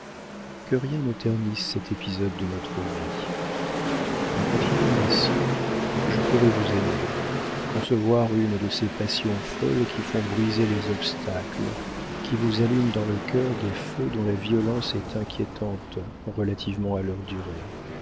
que rien ne ternisse cet épisode de notre vie en continuant ainsi je pourrais vous aimer concevoir une de ces passions folles qui font briser les obstacles qui vous allument dans le cœur des feux dont la violence est inquiétante relativement à leur durée